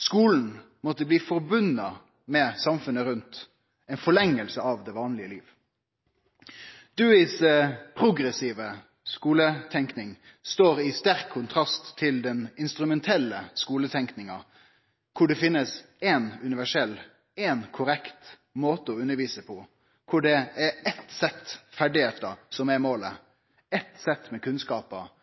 Skulen måtte bli assosiert med samfunnet rundt, ei forlenging av det vanlege livet. Deweys progressive skuletenking står i sterk kontrast til den instrumentelle skuletenkinga, der det finst éin universell, éin korrekt måte å undervise på, der det er eitt sett ferdigheiter som er målet, eitt sett med kunnskapar,